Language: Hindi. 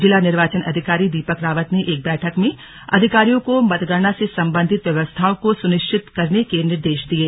जिला निर्वाचन अधिकारी दीपक रावत ने एक बैठक में अधिकारियों को मतगणना से संबंधित व्यवस्थाओं को सुनिश्चित करने के निर्देश दिये